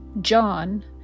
John